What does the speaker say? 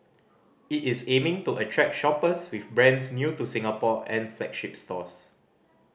it is aiming to attract shoppers with brands new to Singapore and flagship stores